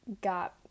got